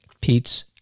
Pete's